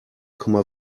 komma